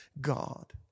God